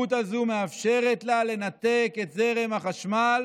סמכות זו מאפשרת לה לנתק את זרם החשמל